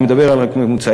אני מדבר רק על ממוצעים,